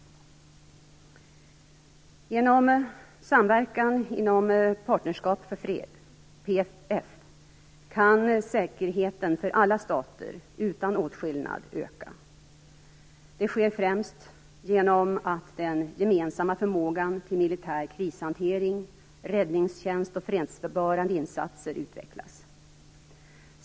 PFF, kan säkerheten för alla stater, utan åtskillnad, öka. Det sker främst genom att den gemensamma förmågan till militär krishantering, räddningstjänst och fredsbevarande insatser utvecklas.